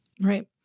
Right